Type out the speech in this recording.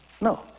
No